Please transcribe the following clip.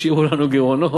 השאירו לנו גירעונות.